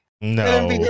No